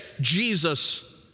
Jesus